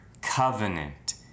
covenant